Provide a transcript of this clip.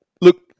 Look